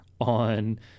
on